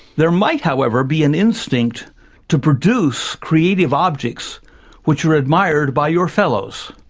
there might however be an instinct to produce creative objects which are admired by your fellows,